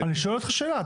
אני שואל אותך שאלה.